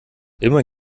immer